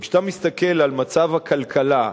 וכשאתה מסתכל על מצב הכלכלה,